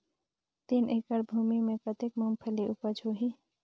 तीन एकड़ भूमि मे कतेक मुंगफली उपज होही?